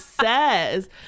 says